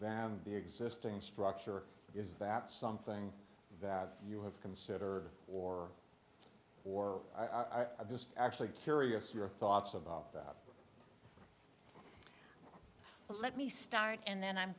than the existing structure is that something that you have considered or or i just actually curious your thoughts about that let me start and then i'm